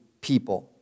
people